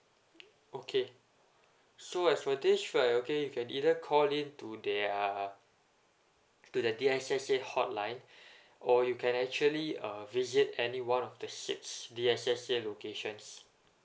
okay so as for this right okay you can either call into their to the D_S_S_A hotline or you can actually uh visit any one of the six D_S_S_A locations